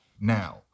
now